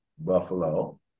Buffalo